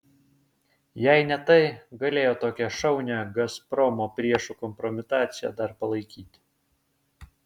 jei ne tai galėjo tokią šaunią gazpromo priešų kompromitaciją dar palaikyti